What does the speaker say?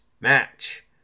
match